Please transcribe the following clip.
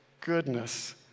goodness